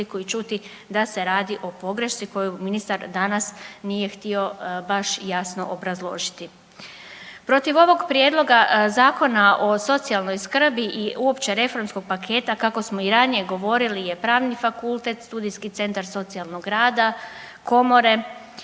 i čuti da se radi o pogrešci koju ministar danas nije htio baš jasno obrazložiti. Protiv ovog Prijedloga zakona o socijalnoj skrbi i uopće reformskog paketa kako smo i ranije govorili je Pravni fakultet, studijski centar socijalnog rada, komore